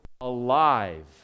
alive